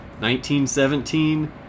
1917